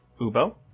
Ubo